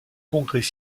congrès